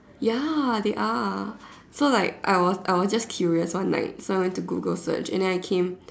ya they are so like I was I was just curious one night so I went to Google search and then I came